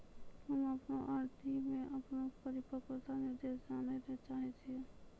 हम्मे अपनो आर.डी मे अपनो परिपक्वता निर्देश जानै ले चाहै छियै